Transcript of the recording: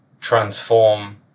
transform